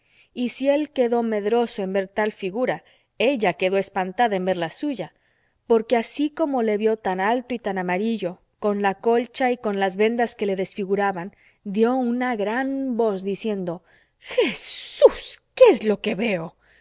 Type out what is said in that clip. y si él quedó medroso en ver tal figura ella quedó espantada en ver la suya porque así como le vio tan alto y tan amarillo con la colcha y con las vendas que le desfiguraban dio una gran voz diciendo jesús qué es lo que veo